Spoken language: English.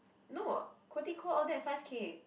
no all that five-K